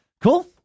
Cool